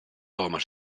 homes